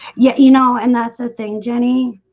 yeah, you know and that's a thing jenny